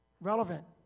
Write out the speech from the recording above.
relevant